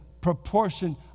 proportion